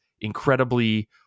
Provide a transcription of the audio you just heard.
incredibly